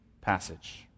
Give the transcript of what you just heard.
passage